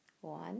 one